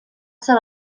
serà